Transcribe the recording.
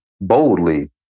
boldly